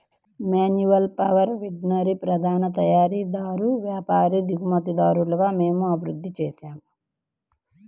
manual power వీడర్ని ప్రధాన తయారీదారు, వ్యాపారి, దిగుమతిదారుగా మేము అభివృద్ధి చేసాము